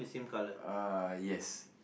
uh yes